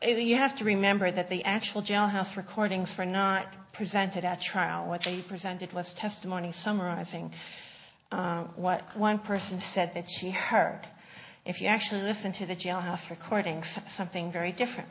you have to remember that the actual jailhouse recordings for not presented at trial what they presented was testimony summarizing what one person said that she heard if you actually listen to the jailhouse recordings something very different